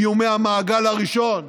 איומי המעגל הראשון,